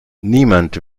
niemand